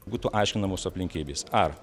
būtų aiškinamos aplinkybės ar